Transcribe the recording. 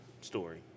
story